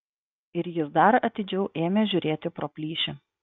ir jis dar atidžiau ėmė žiūrėti pro plyšį